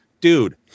dude